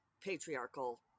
patriarchal